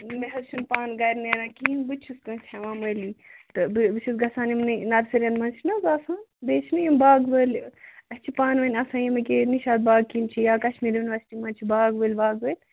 مےٚ حظ چھُنہٕ پانہٕ گرِ نیران کِہیٖنٛۍ نہٕ بہٕ تہِ چھُس کٲنٛسہِ ہٮ۪وان مٔلی تہٕ بہٕ چھُس گَژھان یِمنٕے نَرسٔرین منٛز چھُناہ آسان بیٚیہِ چھِناہ یِم باغہٕ وٲلۍ أسۍ چھِ پانہٕ وٲنۍ آسان ییٚمہِ کِنۍ نِشاط باغ کِنۍ چھِ یا کَشمیٖر یونیورسٹی منٛز چھِِ باغہٕ وٲلۍ واغہٕ وٲلۍ